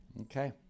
Okay